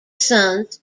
sons